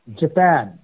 Japan